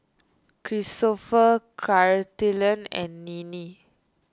Cristofer Carleton and Ninnie